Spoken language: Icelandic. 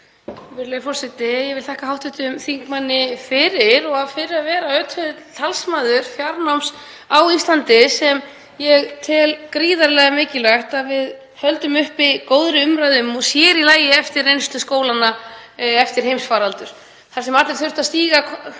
Virðulegi forseti. Ég vil þakka hv. þingmanni fyrir, og fyrir að vera ötull talsmaður fjarnáms á Íslandi sem ég tel gríðarlega mikilvægt að við höldum uppi góðri umræðu um, sér í lagi eftir reynslu skólanna eftir heimsfaraldur þar sem allir þurftu að stíga